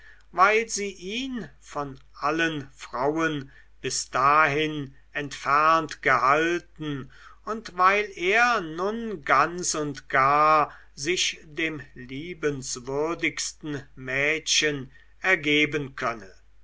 weil sie ihn von allen frauen bis dahin entfernt gehalten und weil er nun ganz und gar sich dem liebenswürdigsten mädchen ergeben könne